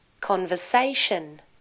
Conversation